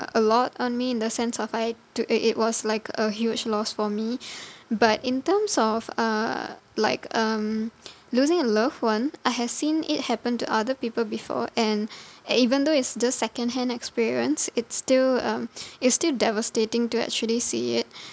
a lot on me in the sense of I took it it was like a huge loss for me but in terms of uh like um losing a loved one I have seen it happen to other people before and and even though it's just secondhand experience it's still um it's still devastating to actually see it